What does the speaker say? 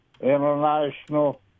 International